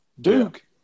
Duke